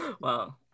wow